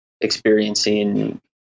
experiencing